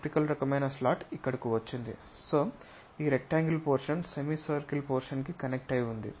కాబట్టి ఈ rectangle portion semi circle portion కి కనెక్ట్ అయి ఉంది